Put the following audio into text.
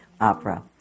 opera